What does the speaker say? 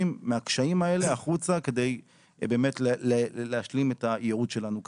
מהקשיים האלה החוצה כדי באמת להשלים את הייעוד שלנו כאן.